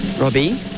Robbie